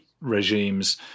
regimes